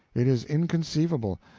it is inconceivable.